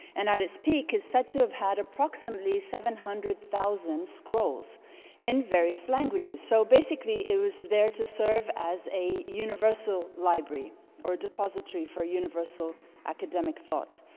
and at its peak, it's said to have had approximately seven hundred thousand scrolls in various languages. so basically, it was was there to serve as a universal library or a depository for universal academic thought.